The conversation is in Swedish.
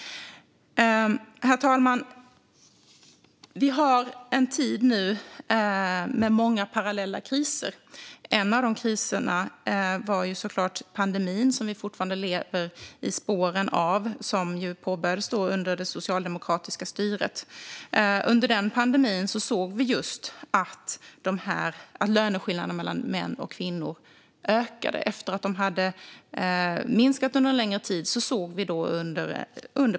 Herr talman! Vi har en tid nu med många parallella kriser. En av dem var förstås pandemin som vi fortfarande lever i spåren av och som började under det socialdemokratiska styret. Under pandemiåren ökade löneskillnaderna mellan män och kvinnor efter att ha minskat under en längre tid.